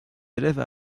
élèves